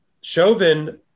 Chauvin